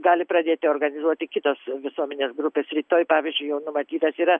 gali pradėti organizuoti kitos visuomenės grupės rytoj pavyzdžiui jau numatytas yra